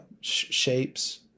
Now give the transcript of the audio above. shapes